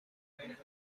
pink